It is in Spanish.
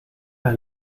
las